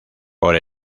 por